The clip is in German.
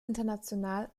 international